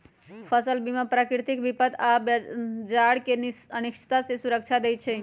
फसल बीमा प्राकृतिक विपत आऽ बाजार के अनिश्चितता से सुरक्षा देँइ छइ